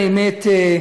האמת,